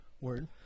word